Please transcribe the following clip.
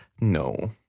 no